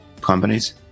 companies